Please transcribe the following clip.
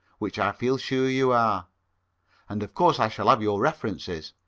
which i feel sure you are and of course i shall have your references